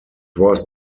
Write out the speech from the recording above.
was